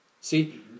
See